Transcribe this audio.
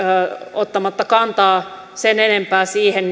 ottamatta kantaa sen enempää siihen